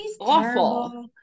Awful